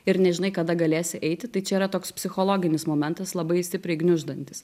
ir nežinai kada galėsi eiti tai čia yra toks psichologinis momentas labai stipriai gniuždantis